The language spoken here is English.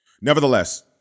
Nevertheless